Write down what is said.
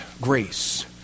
grace